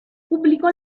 pubblicò